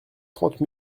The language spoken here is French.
trente